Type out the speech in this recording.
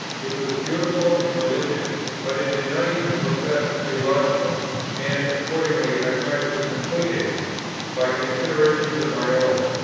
it was beautiful and religious, but it did not even profess to be logical and accordingly i tried to complete it by considerations of my own,